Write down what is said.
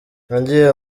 nagiye